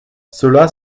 cela